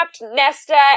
Nesta